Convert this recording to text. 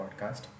podcast